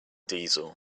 diesel